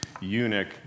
eunuch